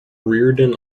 reardon